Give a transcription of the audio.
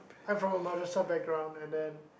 I'm from a madrasah background and then